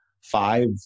Five